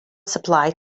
supply